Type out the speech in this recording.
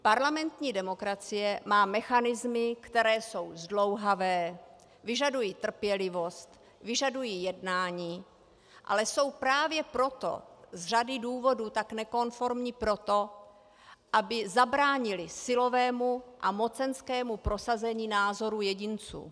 Parlamentní demokracie má mechanismy, které jsou zdlouhavé, vyžadují trpělivost, vyžadují jednání, ale jsou právě proto z řady důvodů tak nekonformní proto, aby zabránily silovému a mocenskému prosazení názoru jedinců.